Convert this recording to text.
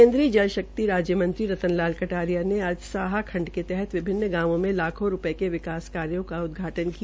केन्द्रीय जल शक्ति राज्य मंत्री रतन लाल कटारिया ने आज साहा खंड के तहत विभिन्न गांवों में लाखों रूपये के विकास कार्यो का उदघाटन् किया